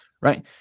right